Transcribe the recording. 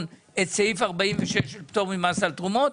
את האישור לפי סעיף 46 של פטור ממס על תרומות.